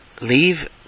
leave